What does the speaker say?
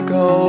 go